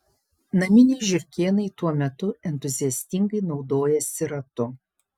naminiai žiurkėnai tuo metu entuziastingai naudojasi ratu